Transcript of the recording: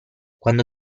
quando